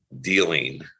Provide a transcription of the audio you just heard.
dealing